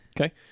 Okay